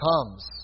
comes